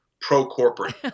pro-corporate